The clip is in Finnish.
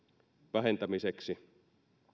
vähentämiseksi